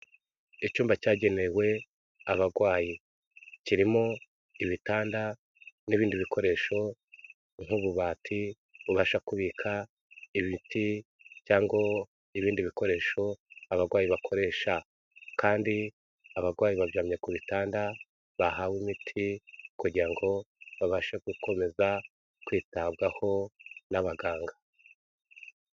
Icyumba cyagenewe abagwayi, kirimo ibitanda n'ibindi bikoresho nk'ububati bubasha kubika imiti cyangwa ibindi bikoresho abarwayi bakoresha, kandi abarwayi baryamye ku bitanda bahawe imiti kugira ngo babashe gukomeza kwitabwaho n'abaganga.